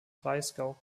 breisgau